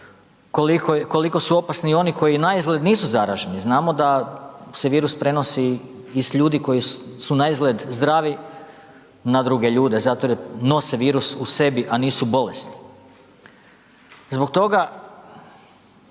koliko su opasni i oni koji naizgled nisu zaraženi, znamo da se virus prenosi i s ljudi koji su naizgled zdravi na druge ljude zato jer nose virus u sebi, a nisu bolesni. Zbog toga